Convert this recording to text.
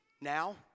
now